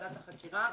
ועדת החקירה,